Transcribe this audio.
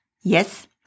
Yes